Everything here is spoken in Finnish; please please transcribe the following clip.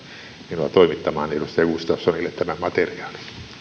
minua toimittamaan edustaja gustafssonille tämän materiaalin